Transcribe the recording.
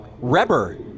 Reber